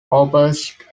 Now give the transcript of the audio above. opposed